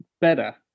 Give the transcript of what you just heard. better